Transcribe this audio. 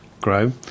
grow